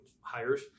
hires